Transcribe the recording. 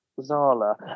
Zala